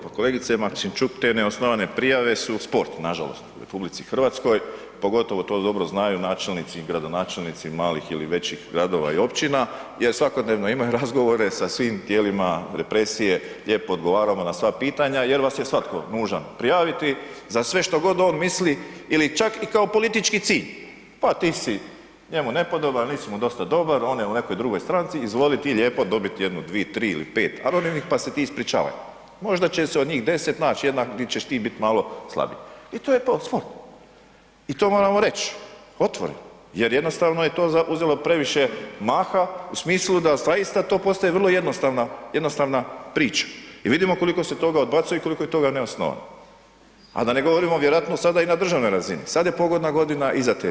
Pa kolegice Maksimčuk, te neosnovane prijave su sport nažalost u RH, pogotovo to dobro znaju načelnici i gradonačelnici malih ili većih gradova i općina gdje svakodnevno imaju razgovore sa svim tijelima represije, lijepo odgovaramo na sva pitanja jer vas je svatko nužan prijaviti za sve što god on misli ili čak i kao politički cilj, pa ti si njemu nepodoban, nisi mu dosta dobar, on je u nekoj drugoj stranci, izvoli ti lijepo dobit jednu, dvi, tri ili pet anonimnih, pa se ti ispričavaj, možda će se od njih 10 nać jedna di ćeš ti bit malo slabiji i to je to, sport i to moramo reć otvoreno jer jednostavno je to uzelo previše maha u smislu da zaista to postaje vrlo jednostavna, jednostavna priča i vidimo koliko se toga odbacuje i koliko je toga neosnovano, a da ne govorimo vjerojatno sada i na državnoj razini, sad je pogodna godina i za te stvari, e.